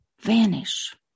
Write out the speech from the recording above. vanish